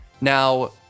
now